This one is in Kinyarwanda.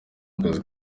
akazi